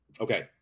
Okay